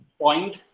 point